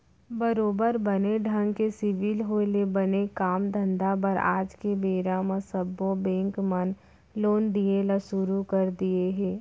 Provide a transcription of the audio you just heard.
बरोबर बने ढंग के सिविल होय ले बने काम धंधा बर आज के बेरा म सब्बो बेंक मन लोन दिये ल सुरू कर दिये हें